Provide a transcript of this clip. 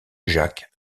jacques